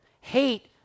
Hate